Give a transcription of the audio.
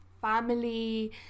family